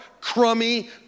crummy